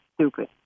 stupid